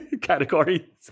category